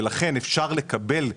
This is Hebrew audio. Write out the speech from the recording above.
ולכן אפשר לקבל,